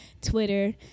Twitter